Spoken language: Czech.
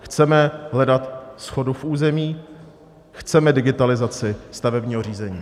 Chceme hledat shodu v území, chceme digitalizaci stavebního řízení.